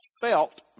felt